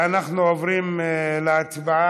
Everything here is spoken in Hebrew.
אנחנו עוברים להצבעה.